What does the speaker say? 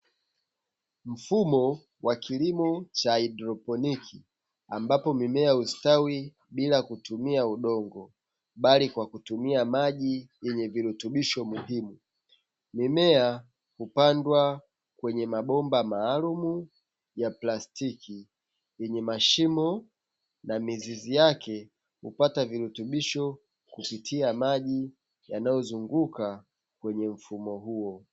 Mfumo wa kilimo cha haidroponiki ambapo mimea hustawi bila kutumia udongo bali kwa kutumia maji yenye virutubisho muhimu. Mimea hupandwa kwenye mabomba maalum ya plastiki yenye mashimo na mizizi yake hupata virutubisho kupitia maji yanayozunguka kwenye mfumo huo.